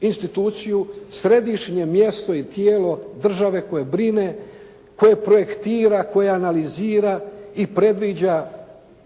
instituciju, središnje mjesto i tijelo države koje brine, koje projektira, koje analizira i predviđa